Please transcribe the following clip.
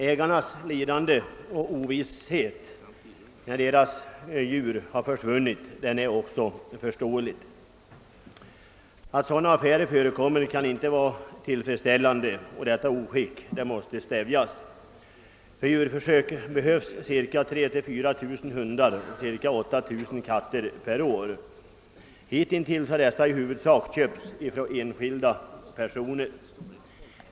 Ägarnas lidande och ovisshet när deras djur försvunnit är också föreståeliga. Att sådana affärer förekommer kan inte vara tillfredsställande. Detta oskick måste stävjas. För djurförsök behövs cirka 3 000—4 000 hundar och cirka 8 000 katter per år. Hittills har dessa i huvudsak köpts från enskilda personer.